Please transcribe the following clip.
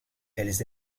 elles